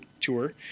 tour